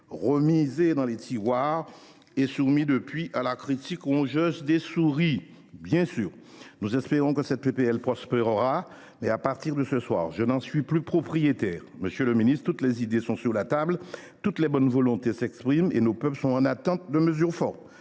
remisés dans les tiroirs et soumis à la critique rongeuse des souris… Nous espérons que cette proposition de loi prospérera ; à partir de ce soir, je n’en suis plus propriétaire. Monsieur le ministre, toutes les idées sont sur la table, toutes les bonnes volontés s’expriment et nos peuples attendent des mesures fortes.